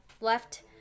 left